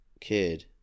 kid